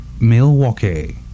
Milwaukee